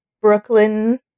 brooklyn